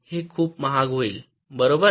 हे खूप महाग होईल बरोबर